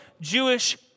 Jewish